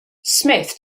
smyth